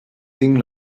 tinc